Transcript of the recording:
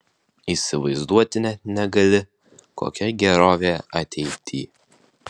įsivaizduoti net negali kokia gerovė ateity